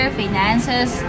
finances